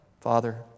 Father